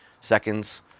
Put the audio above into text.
seconds